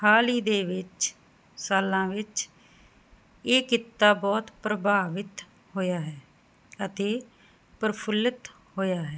ਹਾਲ ਈ ਦੇ ਵਿੱਚ ਸਾਲਾਂ ਵਿੱਚ ਇਹ ਕਿੱਤਾ ਬਹੁਤ ਪ੍ਰਭਾਵਿਤ ਹੋਇਆ ਹੈ ਅਤੇ ਪ੍ਰਫੁੱਲਤ ਹੋਇਆ ਹੈ